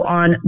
on